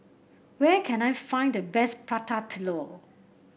where can I find the best Prata Telur